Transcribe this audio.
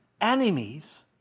enemies